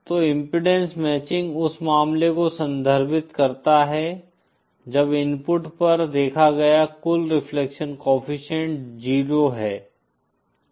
तो impedance matching उस मामले को संदर्भित करता है जब इनपुट पर देखा गया कुल रिफ्लेक्शन कोएफ़िशिएंट 0 है